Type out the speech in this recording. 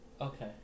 Okay